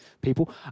people